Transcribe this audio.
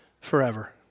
forever